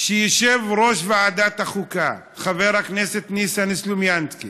שיושב-ראש ועדת החוקה חבר הכנסת ניסן סלומינסקי